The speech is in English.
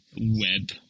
web